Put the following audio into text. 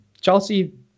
Chelsea